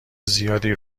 زیادی